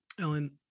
Ellen